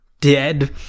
dead